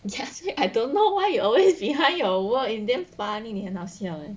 yes I don't know why you always behind your work is damn funny 你很好笑 leh